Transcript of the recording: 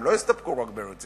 הם לא הסתפקו רק בארץ-ישראל.